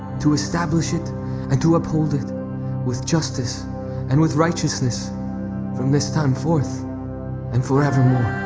to establish it and to uphold it with justice and with righteousness from this time forth and forevermore.